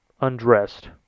undressed